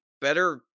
better